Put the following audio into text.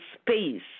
space